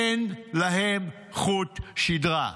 אין להם חוט שדרה.